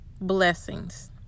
blessings